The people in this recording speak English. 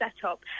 setup